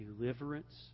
deliverance